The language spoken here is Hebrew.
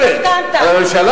משכנתה.